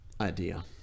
idea